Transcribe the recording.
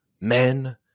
men